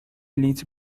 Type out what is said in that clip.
لیتر